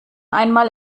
einmal